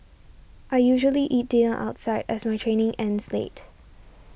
I usually eat dinner outside as my training ends late